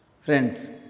Friends